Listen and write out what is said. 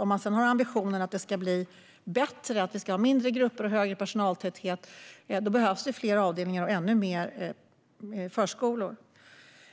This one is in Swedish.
Om man sedan har ambitionen att det ska bli bättre, mindre grupper och högre personaltäthet, behövs det fler avdelningar och ännu fler förskolor.